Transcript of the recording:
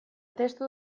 testu